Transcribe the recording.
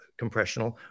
compressional